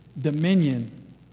dominion